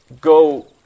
go